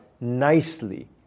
nicely